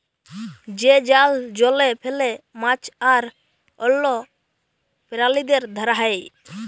যে জাল জলে ফেলে মাছ আর অল্য প্রালিদের ধরা হ্যয়